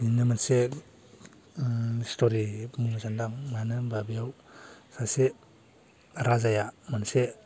बिनिनो मोनसे स्ट'रि बुंनो सानदां मानो होनबा बेयाव सासे राजाया मोनसे